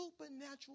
supernatural